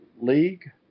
league